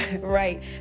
Right